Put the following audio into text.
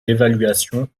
d’évaluation